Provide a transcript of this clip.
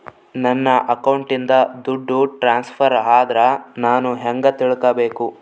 ನನ್ನ ಅಕೌಂಟಿಂದ ದುಡ್ಡು ಟ್ರಾನ್ಸ್ಫರ್ ಆದ್ರ ನಾನು ಹೆಂಗ ತಿಳಕಬೇಕು?